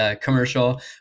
commercial